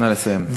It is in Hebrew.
נא לסיים.